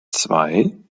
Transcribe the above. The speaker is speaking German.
zwei